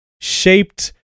shaped